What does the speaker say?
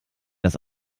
das